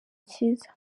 cyiza